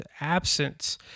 absence